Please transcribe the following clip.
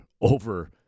over